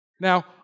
Now